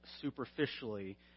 superficially